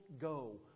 go